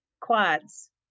quads